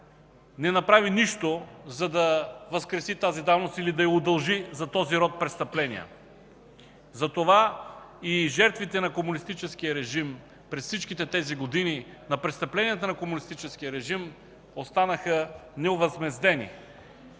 не направи нищо, за да възкреси тази давност или да я удължи за този род престъпления. Затова и жертвите на комунистическия режим през всичките тези години, на престъпленията на комунистическия режим, останаха неовъзмездени.